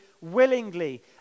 willingly